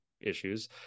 issues